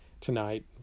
tonight